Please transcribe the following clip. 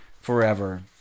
forever